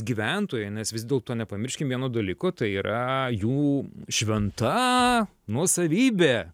gyventojai nes vis dėlto nepamirškim vieno dalyko tai yra jų šventa nuosavybė